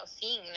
seeing